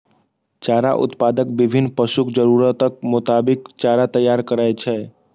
चारा उत्पादक विभिन्न पशुक जरूरतक मोताबिक चारा तैयार करै छै